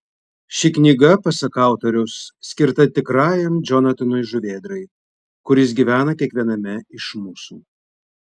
ši knyga pasak autoriaus skirta tikrajam džonatanui žuvėdrai kuris gyvena kiekviename iš mūsų